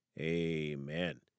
amen